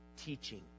teaching